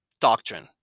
doctrine